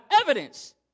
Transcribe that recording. evidence